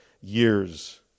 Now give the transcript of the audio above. years